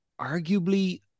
arguably